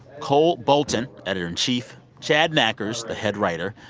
cole bolton, editor-in-chief, chad nackers, the head writer,